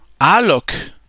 Alok